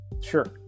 Sure